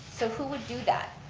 so who would do that?